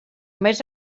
més